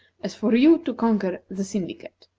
as for you to conquer the syndicate.